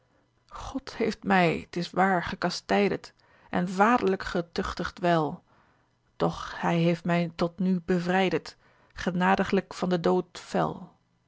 god heeft mij t is waar gekastijdet en vaderlijk getuchtigd wel doch hij heeft mij tot nu hevrijdet genadiglijk van den dood